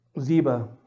Ziba